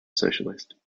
socialist